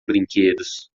brinquedos